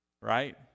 right